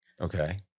Okay